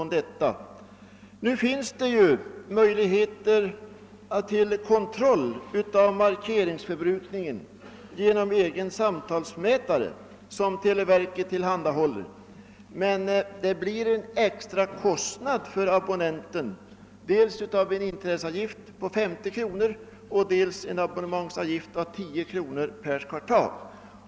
Visserligen finns det möjlighet till kontroll av markeringsförbrukningen genom egna samtalsmätare som televerket tillhandahåller, men det blir en extra kostnad för abonnenten, dels en inträdesavgift' på 50 kronor och: dels en abonnemangsavgift om 10 kronor per kvartal.